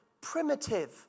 primitive